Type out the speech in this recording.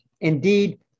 Indeed